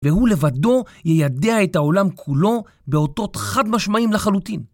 והוא לבדו יידע את העולם כולו באותות חד משמעיים לחלוטין.